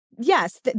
Yes